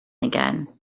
again